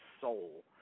soul